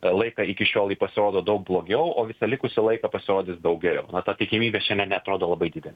laiką iki šiol ji pasirodo daug blogiau o visą likusį laiką pasirodys daug geriau na ta tikimybė šiame neatrodo labai didelė